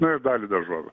nu ir dalį daržovių